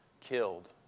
killed